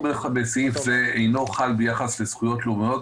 בסעיף זה אינו חל ביחס לזכויות לאומיות,